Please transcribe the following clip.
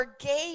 forgave